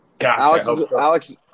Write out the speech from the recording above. Alex